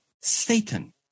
Satan